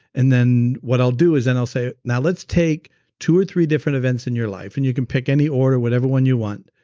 and then what i'll do is then i'll say, now let's take two or three different events in your life and you can pick any order, whatever one you want.